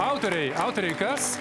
autoriai autoriai kas